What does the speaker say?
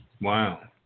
Wow